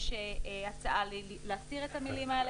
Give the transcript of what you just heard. יש הצעה להסיר את המילה הזאת,